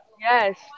yes